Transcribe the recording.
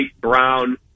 brown